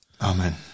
Amen